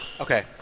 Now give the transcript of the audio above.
Okay